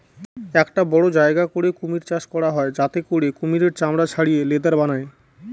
একটা বড়ো জায়গা করে কুমির চাষ করা হয় যাতে করে কুমিরের চামড়া ছাড়িয়ে লেদার বানায়